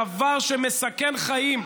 דבר שמסכן חיים,